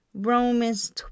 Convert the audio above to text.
Romans